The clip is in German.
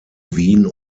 wien